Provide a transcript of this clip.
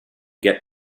get